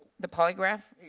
the polygraph?